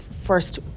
first